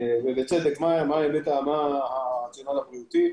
ובצדק, מה הרציונל הבריאותי.